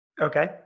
Okay